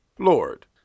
Lord